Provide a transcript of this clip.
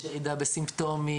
יש ירידה בסימפטומים,